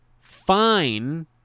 fine